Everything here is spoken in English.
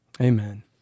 Amen